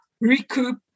recoup